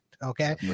Okay